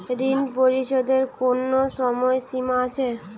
ঋণ পরিশোধের কোনো সময় সীমা আছে?